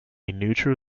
neutral